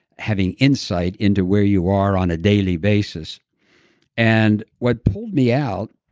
having insight into where you are on a daily basis and what pulled me out